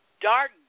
dark